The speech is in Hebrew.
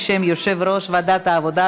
בשם יושב-ראש ועדת העבודה,